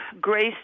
grace